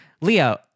Leo